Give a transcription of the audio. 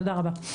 תודה רבה.